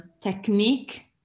technique